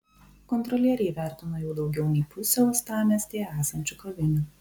kontrolieriai įvertino jau daugiau nei pusę uostamiestyje esančių kavinių